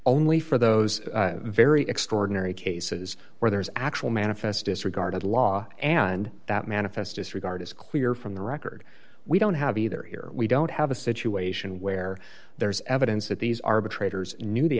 only for those very extraordinary cases where there is actual manifest disregard law and that manifest disregard is clear from the record we don't have either we don't have a situation where there is evidence that these arbitrators